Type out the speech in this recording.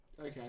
okay